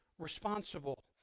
responsible